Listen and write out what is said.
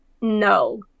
no